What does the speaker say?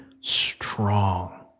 strong